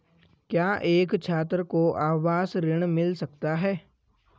क्या एक छात्र को आवास ऋण मिल सकता है?